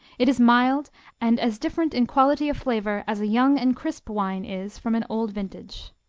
it is mild and as different in qualify of flavour as a young and crisp wine is from an old vintage.